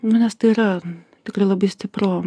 nu nes tai yra tikrai labai stipru